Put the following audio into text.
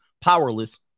powerless